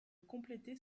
compléter